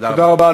תודה רבה.